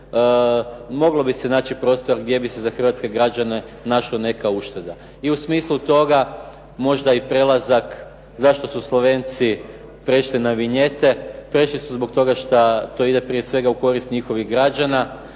Moglo bi se naći prostora gdje bi se za hrvatske građane našla neka ušteda. I u smislu toga, možda i prelazak zašto su Slovenci prešli na vinjete. Prešli su zbog toga što to ide prije svega u korist njihovih građana.